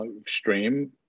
extreme